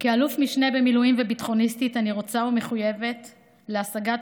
כאלוף משנה במילואים וביטחוניסטית אני מחויבת להשגת